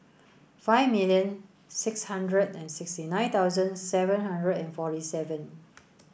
five million six hundred and sixty nine thousand seven hundred and forty seven